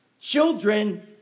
Children